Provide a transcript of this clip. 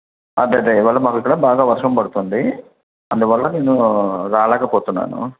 అదదే ఇవాళ మా దగ్గర బాగా వర్షం పడుతుంది అందువల్ల నేనూ రాలేకపోతున్నాను